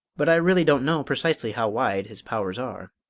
but i really don't know precisely how wide his powers are.